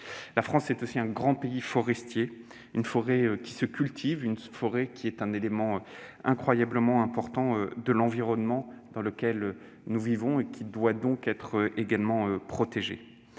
La France est aussi un grand pays forestier, avec une forêt qui se cultive, qui est un élément très important de l'environnement dans lequel nous vivons et qui doit donc être protégée.